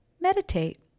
Meditate